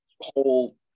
whole –